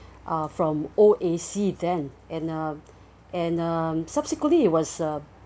uh from O_A_C them and uh and uh subsequently it was uh